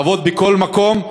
נעבוד בכל מקום,